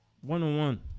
one-on-one